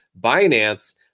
Binance